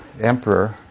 emperor